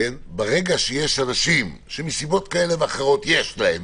אז ברגע שיש אנשים שמסיבות כאלה ואחרות יש להם